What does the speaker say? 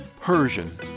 Persian